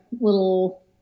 little